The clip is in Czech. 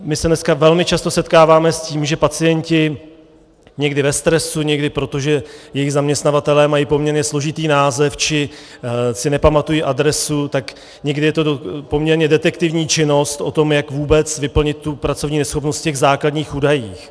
My se dneska velmi často setkáváme s tím, že pacienti, někdy ve stresu, někdy proto, že jejich zaměstnavatelé mají poměrně složitý název či si nepamatují adresu, tak někdy je to poměrně detektivní činnost o tom, jak vůbec vyplnit pracovní neschopnost v těch základních údajích.